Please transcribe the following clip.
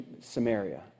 Samaria